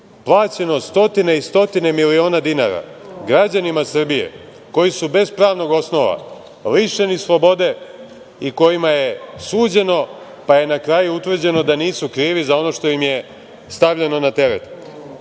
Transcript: plaćeno stotine i stotine miliona dinara građanima Srbije koji su bez pravnog osnova lišeni slobode i kojima je suđeno, pa je na kraju utvrđeno da nisi krivi za ono što im je stavljeno na teret. Da